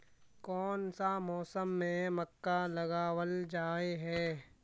कोन सा मौसम में मक्का लगावल जाय है?